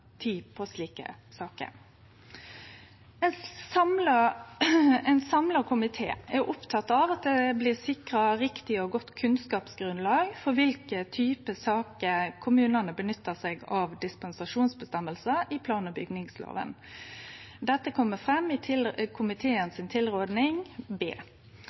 på slike saker. Ein samla komité er oppteken av at det blir sikra riktig og godt kunnskapsgrunnlag for i kva type saker kommunane nyttar seg av dispensasjonsføresegner i plan- og bygningsloven. Dette kjem fram i tilrådinga til B frå komiteen.